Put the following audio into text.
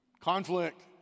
Conflict